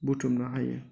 बुथुमनो हायो